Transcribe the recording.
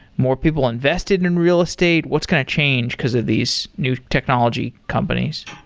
more people invested in real estate? what's going to change because of these new technology companies?